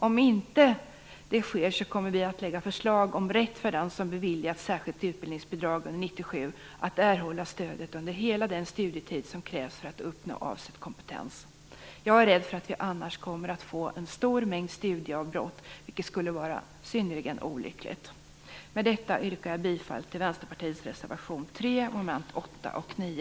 Om inte det sker kommer vi att lägga fram förslag om rätt för den som beviljats särskilt utbildningsbidrag under 1997 att erhålla stödet under hela den studietid som krävs för att uppnå avsedd kompetens. Jag är rädd för att vi annars kommer att få en stor mängd studieavbrott, vilket skulle vara synnerligen olyckligt. Med detta yrkar jag bifall till Vänsterpartiets reservation 3 under mom. 8 och 9.